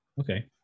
Okay